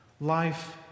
Life